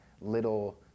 little